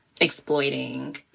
exploiting